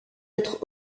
être